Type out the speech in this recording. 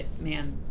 man